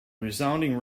resounding